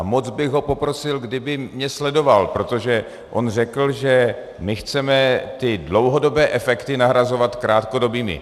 Moc bych ho poprosil, kdyby mě sledoval, protože on řekl, že my chceme dlouhodobé efekty nahrazovat krátkodobými.